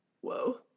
Whoa